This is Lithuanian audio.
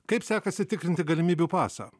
kaip sekasi tikrinti galimybių pasą